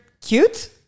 cute